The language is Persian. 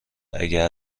اگر